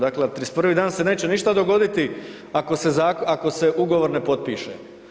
Dakle, 30 dan se neće ništa dogoditi ako se ugovor ne potpiše.